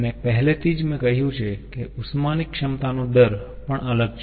અને પહેલેથી જ મેં કહ્યું છે કે ઉષ્માની ક્ષમતાનો દર પણ અલગ છે